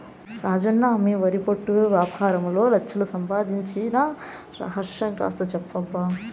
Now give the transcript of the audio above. రాజన్న మీ వరి పొట్టు యాపారంలో లచ్ఛలు సంపాయించిన రహస్యం కాస్త చెప్పబ్బా